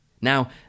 Now